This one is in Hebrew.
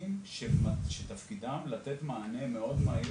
בבנקים שתפקידם לתת מענה מאוד מהיר